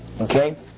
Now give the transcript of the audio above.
Okay